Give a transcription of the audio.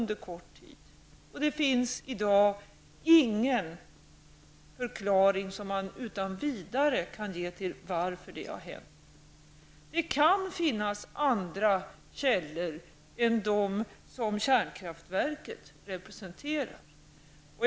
Det finns i dag ingen förklaring som man utan vidare kan ge till varför det har hänt. Det kan finnas andra källor än de som kärnkraftverket representerar.